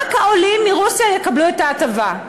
רק העולים מרוסיה יקבלו את ההטבה.